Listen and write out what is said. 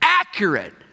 Accurate